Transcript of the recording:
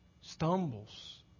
stumbles